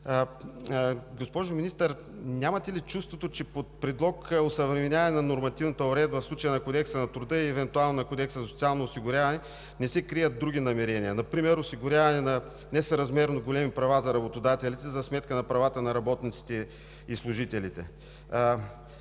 Госпожо Министър, нямате ли чувството, че под предлог осъвременяване на нормативната уредба, в случая на Кодекса на труда и евентуално на Кодекса за социално осигуряване, не се крият други намерения – например осигуряване на несъразмерно големи права за работодателите за сметка на правата на работниците и служителите?